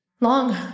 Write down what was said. Long